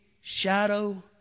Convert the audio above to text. shadow